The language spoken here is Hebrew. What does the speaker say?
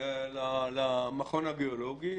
למכון הגיאולוגי,